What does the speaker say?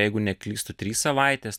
jeigu neklystu trys savaitės